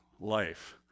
life